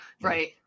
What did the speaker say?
Right